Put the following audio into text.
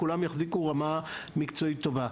כולם יחזיקו רמה מקצועית טובה.